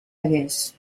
hagués